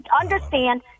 understand